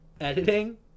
Editing